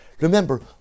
Remember